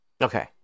Okay